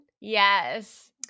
Yes